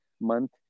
month